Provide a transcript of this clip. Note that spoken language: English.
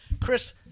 Chris